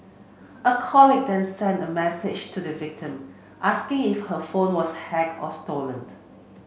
a colleague then sent a message to the victim asking if her phone was hacked or stolen